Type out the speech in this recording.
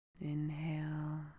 Inhale